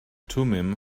thummim